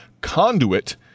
conduit